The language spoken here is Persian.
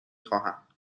خواهم